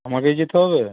আমাকেই যেতে হবে